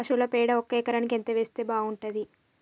పశువుల పేడ ఒక ఎకరానికి ఎంత వేస్తే బాగుంటది?